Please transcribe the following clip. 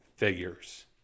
Figures